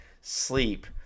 sleep